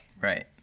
Right